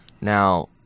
Now